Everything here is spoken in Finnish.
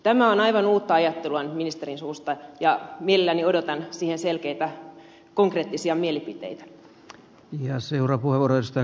tämä on aivan uutta ajattelua nyt ministerin suusta ja mielelläni odotan siitä selkeitä konkreettisia mielipiteitä